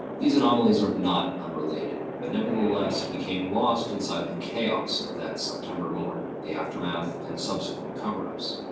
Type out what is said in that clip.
these anomalies are not un-related, but nevertheless became lost inside the chaos of that september morning, the aftermath, and subsequent cover-ups.